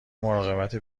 مراقبت